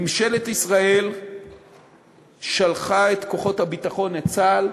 ממשלת ישראל שלחה את כוחות הביטחון, את צה"ל,